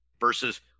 versus